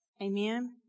Amen